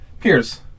Piers